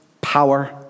power